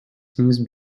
since